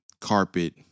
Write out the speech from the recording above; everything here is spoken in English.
carpet